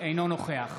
אינו נוכח